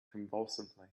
convulsively